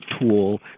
tool